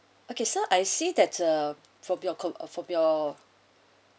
okay sir I see that uh from your com~ from your